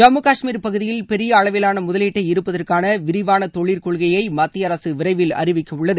ஜம்மு காஷ்மீரில் பகுதியில் பெரிய அளவிலான முதலீட்டை ஈர்ப்பதற்கான விரிவான தொழிற்கொள்கையை மத்திய அரசு விரைவில் அறிவிக்க உள்ளது